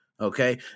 okay